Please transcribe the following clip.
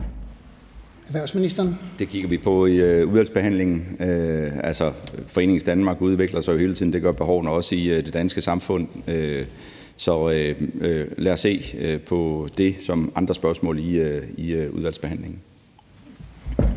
Erhvervsministeren (Morten Bødskov): Det kigger vi på i udvalgsbehandlingen. Altså, Foreningsdanmark udvikler sig jo hele tiden, og det gør behovene også i det danske samfund, så lad os se på det ligesom andre spørgsmål i udvalgsbehandlingen.